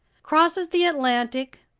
crosses the atlantic,